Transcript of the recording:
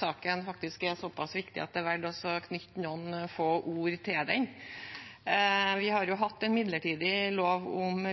saken faktisk er såpass viktig at jeg velger å knytte noen få ord til den. Vi har hatt en midlertidig lov om